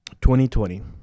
2020